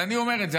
ואני אומר את זה,